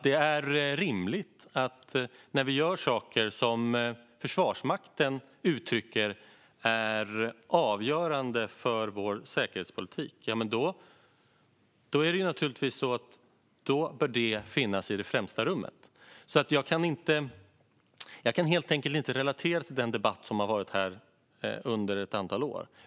Det är rimligt att när vi gör saker som Försvarsmakten uttrycker är avgörande för vår säkerhetspolitik bör det finnas i det främsta rummet. Jag kan helt enkelt inte relatera till den debatt som har varit här under ett antal år.